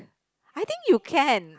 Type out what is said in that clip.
I think you can